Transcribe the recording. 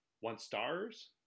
one-stars